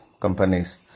companies